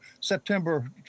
September